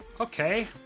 okay